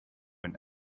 and